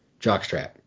jockstrap